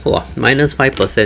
!wah! minus five percent